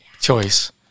choice